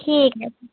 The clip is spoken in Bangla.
ঠিক আছে